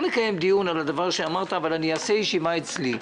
נקיים דיון על הנושא שהעלית אבל אני אעשה ישיבה אצלי.